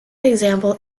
example